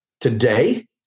Today